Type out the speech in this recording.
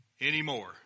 anymore